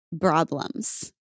problems